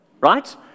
right